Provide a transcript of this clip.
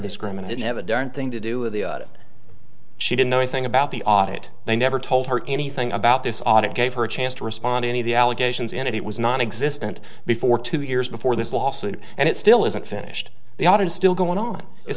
discrimination have a darn thing to do with it she didn't know anything about the audit they never told her anything about this audit gave her a chance to respond any of the allegations and it was nonexistent before two years before this lawsuit and it still isn't finished the audit is still going on i